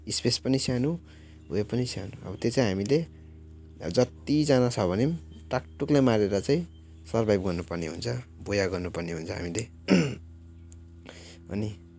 space पनि सानो उयो पनि सानो अब त्यो चाहिँ हामीले अब जतिजना छ भने टाकटुकलाई मारेर चाहिँ सर्भाइभ गर्नु पर्ने हुन्छ बोया गर्नु पर्ने हुन्छ हामीले अनि